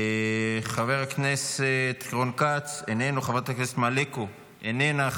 חבר הכנסת רון כץ, איננו, חברת הכנסת מלקו, איננה.